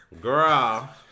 Girl